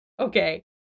Okay